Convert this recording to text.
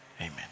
Amen